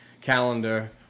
calendar